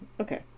Okay